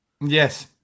yes